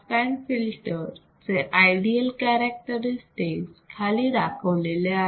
band pass filter चे ideal characteristics खाली दाखवलेले आहेत